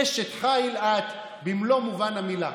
אשת חיל את במלוא מובן המילה.